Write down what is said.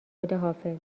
خداحافظ